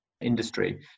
industry